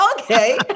Okay